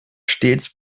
stets